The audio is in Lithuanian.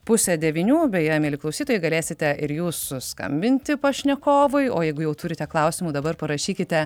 pusę devynių beje mieli klausytojai galėsite ir jūs skambinti pašnekovui o jeigu jau turite klausimų dabar parašykite